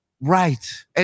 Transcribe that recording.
Right